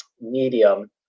medium